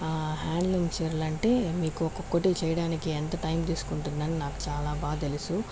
handloom చీరలు అంటే మీకు ఒక్కొక్కటి చేయడానికి ఎంత టైం తీసుకుంటుంది అని నాకు చాలా బాగా తెలుసు